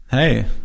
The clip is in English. Hey